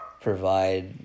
provide